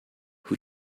who